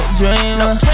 dreamer